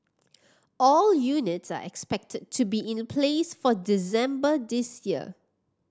all units are expected to be in a place for December this year